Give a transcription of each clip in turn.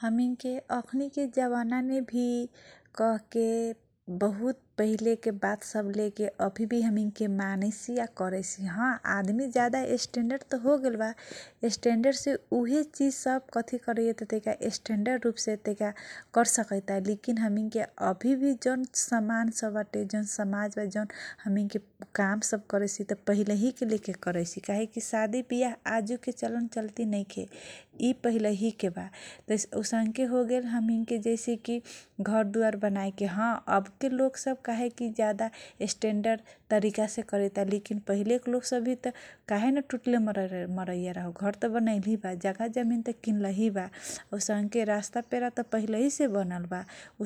हमिनके अखुनीके जमानाने भी कहके बहुत पहिलेके बात सब लेके अभि भी मानैसी या करैसी । आदमी ज्यादा स्टेनेनडर होगेलबा, स्टेनडरसे, उहे चीज सब कथी करैये । स्टेनडर रुपसे कर सकैता लेकिन हमैनके अभि भी ज्युन समान बाटे या ज्युन हमिन सब ज्युन काम करैसी, पहिलेके, लेके करैसी । कहैसी कि सादी विआह, चलन चल्ती नैखे । यी पहिलेके बा जैसे औसनके होगेल, जैसेकि घरद्धार बनाएके, अब के लोग सब ज्यादा, स्टेनडर तरिकासे करैता । लेकिन, पहिलहीके लोग सब, भि तँ कहके टुटले मरैया रहो लेकिन घर तँ बनैलेबा । जग्गाजमिन किनलहीबा, मैसमके रास्ता पहिलहिसे बनएलेबा ।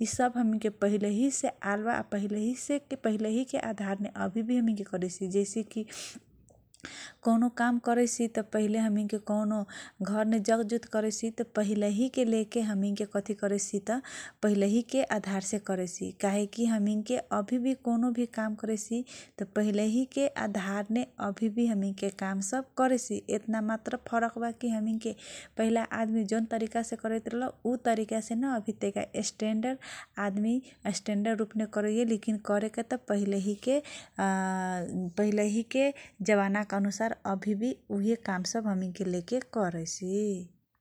उ सब हमिनके पहिलहिसे आलबा । पहिलहिके आधारमे अभि हमिनसब करैसि । जैसेकि कौनो काम करैसि तँ, हमे कौनो घरमे जगजुत करैसी तँ, पहिलहीके लेके हमिनके कथी करैसी तँ । पहिलहिके आधारसे करैसि या कहके अभि हमिनके कौनो भि काम करैसि तँ पहिलहिके आधारमे अभि भी, हमिनके काम सब करैसी । यतना मात्र फरक बाटे कि आदमी, जौन तरिककासे करतरहल, उ तरिकासे न तैका स्टेनडर रुपमे करैये । लेकि पहिलहिके जमानाके अभिभी करैसि ।